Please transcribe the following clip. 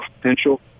potential